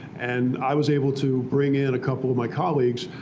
and i was able to bring in a couple of my colleagues,